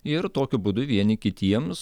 ir tokiu būdu vieni kitiems